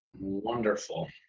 Wonderful